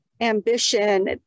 ambition